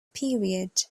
period